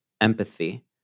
empathy